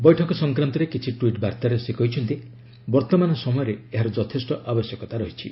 ବୈଠକ ସଂକ୍ରାନ୍ତରେ କିଛି ଟ୍ପିଟ୍ ବାର୍ତ୍ତାରେ ସେ କହିଛନ୍ତି ବର୍ତ୍ତମାନ ସମୟରେ ଏହାର ଯଥେଷ୍ଟ ଆବଶ୍ୟକତା ରହିଛି